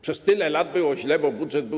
Przez tyle lat było źle, bo budżet był.